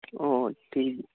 ᱚᱸᱻ ᱴᱷᱤᱠ ᱜᱮᱭᱟ